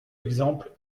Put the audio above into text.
exemple